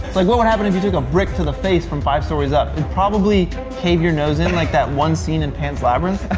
like what would happen if you took a brick to the face from five stories up it would probably cave your nose in like that one scene in pan's labyrinth